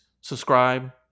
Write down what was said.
subscribe